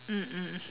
mm mm